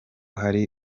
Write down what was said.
hari